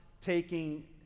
taking